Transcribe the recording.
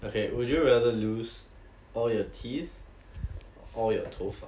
okay would you rather lose all your teeth or all your 头发